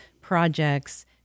projects